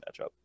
matchup